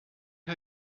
her